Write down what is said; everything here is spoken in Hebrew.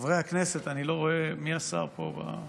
חברי הכנסת, אני לא רואה מי השר פה.